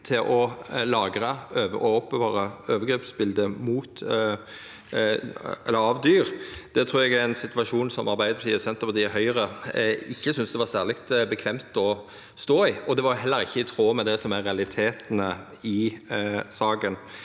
til å lagra og oppbevara overgrepsbilete av dyr. Det trur eg er ein situasjon som Arbeidarpartiet, Senterpartiet og Høgre ikkje syntest var særleg komfortabelt å stå i. Det var heller ikkje i tråd med det som er realitetane i saka.